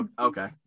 okay